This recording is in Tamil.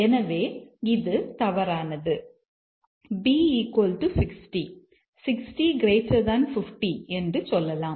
எனவே இது தவறானது b 60 60 50 என்று சொல்லலாம்